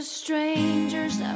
strangers